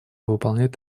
выполнять